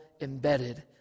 embedded